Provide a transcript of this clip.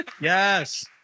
Yes